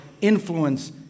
influence